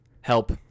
Help